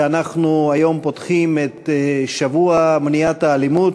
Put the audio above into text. שאנחנו היום פותחים את שבוע מניעת האלימות,